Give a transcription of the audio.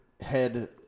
head